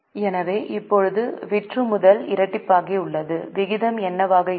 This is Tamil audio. எனவே இப்போது விற்றுமுதல் இரட்டிப்பாகியுள்ளது விகிதம் என்னவாக இருக்கும்